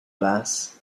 glass